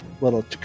little